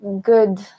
good